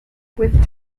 with